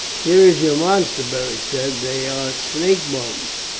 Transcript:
here is your monster, beric said they are snake bones.